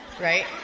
Right